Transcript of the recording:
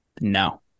no